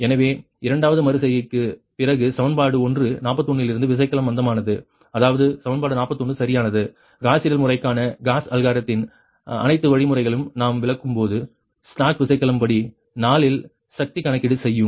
எனவே இரண்டாவது மறு செய்கைக்குப் பிறகு சமன்பாடு ஒன்று 41 இலிருந்து விசைக்கலம் மந்தமானது அதாவது சமன்பாடு 41 சரியானது காஸ் சீடல் முறைக்கான காஸ் அல்காரிதத்தின் அனைத்து வழிமுறைகளையும் நாம் விளக்கும் போது ஸ்லாக் விசைக்கலம் படி 4 இல் சக்தி கணக்கீடு செய்யும்